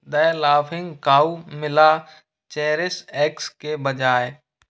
the laughing cow मिला चेरिश एक्स के बजाय